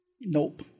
nope